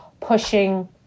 pushing